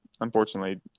unfortunately